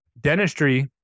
Dentistry